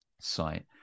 site